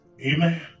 Amen